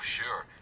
sure